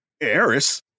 Eris